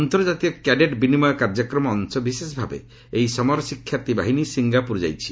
ଅନ୍ତର୍ଜାତୀୟ କ୍ୟାଡେଟ୍ ବିନିମୟ କାର୍ଯ୍ୟକ୍ରମ ଅଂଶବିଶେଷ ଭାବେ ଏହି ସମର ଶିକ୍ଷାର୍ଥୀ ବାହିନୀ ସିଙ୍ଗାପୁର ଯାଇଛି